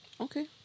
okay